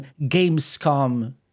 Gamescom